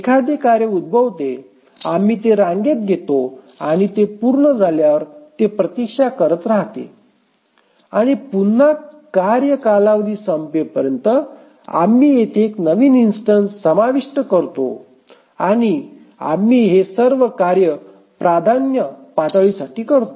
एखादे कार्य उद्भवते आम्ही ते रांगेत घेतो आणि ते पूर्ण झाल्यावर ते प्रतीक्षा करत राहते आणि पुन्हा कार्य कालावधी संपेपर्यंत आम्ही येथे एक नवीन इन्स्टन्स समाविष्ट करतो आणि आम्ही हे सर्व कार्य प्राधान्य पातळीसाठी करतो